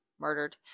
murdered